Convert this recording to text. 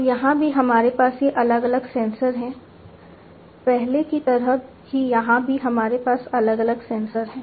तो यहाँ भी हमारे पास ये अलग अलग सेंसर हैं पहले की तरह ही यहां भी हमारे पास अलग अलग सेंसर हैं